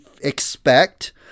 expect